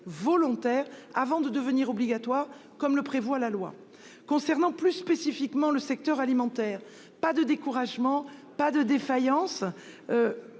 volontaires, avant de devenir obligatoire, comme le prévoit la loi. En ce qui concerne le secteur alimentaire, pas de découragement, pas de défaillance